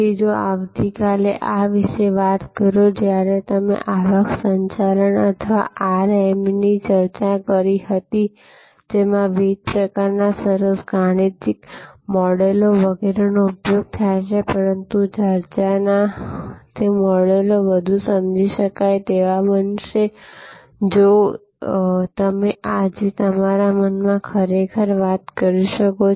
પછી જો તમે આવતીકાલે આ વિશે વાત કરો જ્યારે અમે આવક સંચાલન અથવા આરએમની ચર્ચા કરી હતી જેમાં વિવિધ પ્રકારના સરસ ગાણિતિક મોડેલો વગેરેનો ઉપયોગ થાય છે પરંતુ ચર્ચાના તે મોડેલો વધુ સમજી શકાય તેવા બનશે જો તમે આજે તમારા મનમાં ખરેખર વાત કરી શકો